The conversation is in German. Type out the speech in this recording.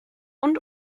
und